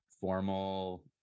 formal